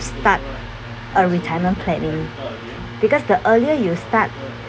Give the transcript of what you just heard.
start a retirement planning because the earlier you start